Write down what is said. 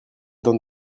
dans